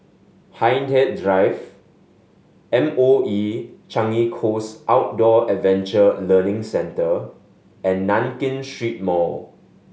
Hindhede Drive M O E Changi Coast Outdoor Adventure Learning Centre and Nankin Street Mall